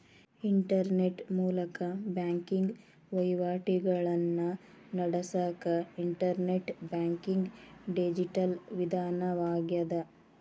internet ಮೂಲಕ banking ವಹಿವಾಟಿಗಳನ್ನ ನಡಸಕ ಇಂಟರ್ನೆಟ್ ಬ್ಯಾಂಕಿಂಗ್ ಡಿಜಿಟಲ್ ವಿಧಾನವಾಗ್ಯದ